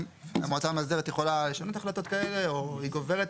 המועצה המאסדרת יכולה לשנות החלטות כאלה או היא גוברת.